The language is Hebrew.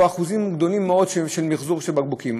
אחוזים גדולים מאוד של מחזור בקבוקים.